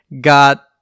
got